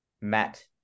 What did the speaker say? Matt